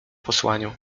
posłaniu